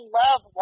love